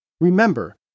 Remember